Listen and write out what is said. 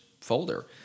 folder